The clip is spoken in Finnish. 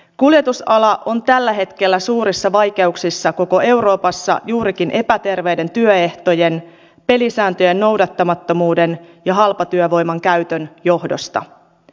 kuljetusala on tällä hetkellä suurissa vaikeuksissa koko euroopassa juurikin epäterveiden työehtojen pelisääntöjen noudattamattomuuden ja halpatyövoiman käytön johdosta